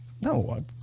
No